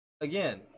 Again